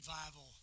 revival